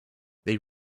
they